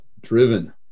Driven